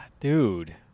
Dude